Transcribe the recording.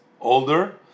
older